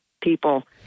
people